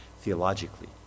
theologically